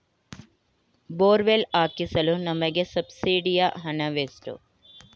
Borewell ಹಾಕಿಸಲು ನಮಗೆ ಸಬ್ಸಿಡಿಯ ಹಣವೆಷ್ಟು?